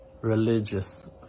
religious